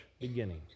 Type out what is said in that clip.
beginning